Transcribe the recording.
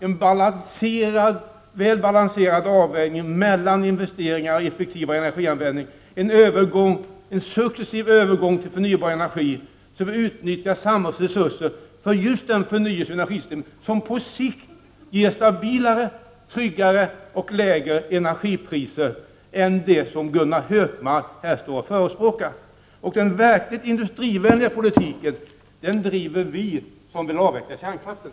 Vi förespråkar en väl balanserad avvägning mellan investeringar och effektivare energianvändning, en successiv övergång till förnybar energi, så att samhällets resuser utnyttjas för just den förnyelse av energisystemet som på sikt ger stabilare, tryggare och lägre energipriser än det system som Gunnar Hökmark förespråkar. Den verkligt industrivänliga politiken driver vi som vill avveckla kärnkraften.